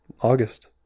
August